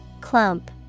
Clump